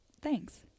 thanks